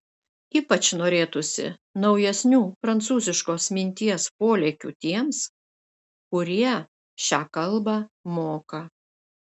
ypač norėtųsi naujesnių prancūziškos minties polėkių tiems kurie šią kalbą moka